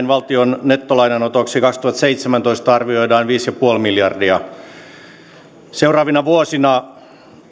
valtion nettolainanotoksi kaksituhattaseitsemäntoista arvioidaan viisi pilkku viisi miljardia seuraavina vuosina